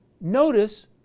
notice